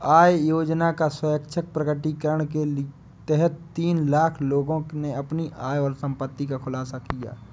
आय योजना का स्वैच्छिक प्रकटीकरण के तहत तीन लाख लोगों ने अपनी आय और संपत्ति का खुलासा किया